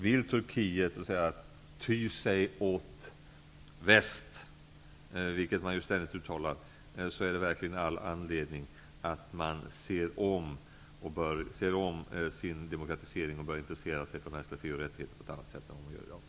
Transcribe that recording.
Vill Turkiet ty sig åt väst, vilket man ju ständigt uttalat, är det verkligen all anledning att man ser om sin demokratisering och börjar intressera sig för mänskliga fri och rättigheter på ett annat sätt än man gör i dag.